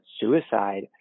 suicide